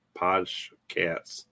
podcasts